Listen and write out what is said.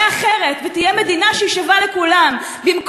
המדינה לקרעים, למגזרים-מגזרים,